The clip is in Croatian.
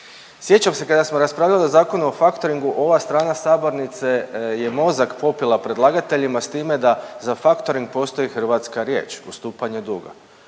Sjećam se kada smo raspravljali o Zakonu o faktoringu ova strana sabornice je mozak popila predlagateljima, s time da za faktoring postoji hrvatska riječ, ustupanje duga